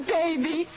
baby